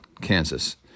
Kansas